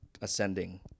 ascending